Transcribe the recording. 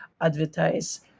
advertise